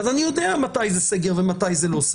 אני יודע מתי זה סגר ומתי זה לא.